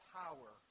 power